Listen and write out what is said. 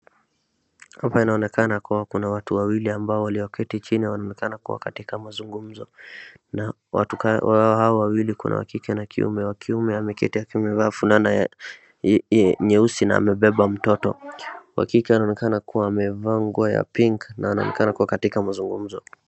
hapa inaonekana kuwa kuna watu wawili ambao walioketi chini wanaonekana kuwa katika mazungumzo na watu hao wawili kuna wa kike na kiume wa kiume ameketi akiwa amevaa fulana ya nyeusi na amebeba mtoto wa kike anaonekana kuwa amevaa nguo ya pink na anaonekana kuwa katika mazungumzo